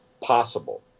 possible